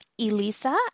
Elisa